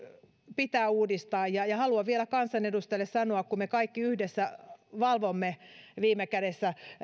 pitää uudistaa haluan vielä kansanedustajille sanoa kun me kaikki yhdessä viime kädessä valvomme